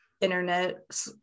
internet